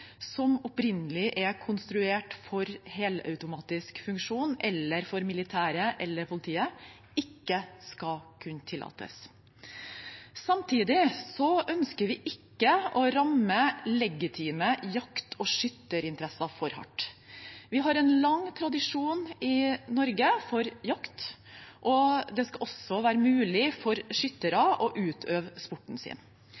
som opprinnelig er konstruert for helautomatisk funksjon, for militære eller for politiet, ikke skal kunne tillates. Samtidig ønsker vi ikke å ramme legitime jakt- og skytterinteresser for hardt. Vi har en lang tradisjon i Norge for jakt, og det skal også være mulig for skyttere å utøve sporten sin.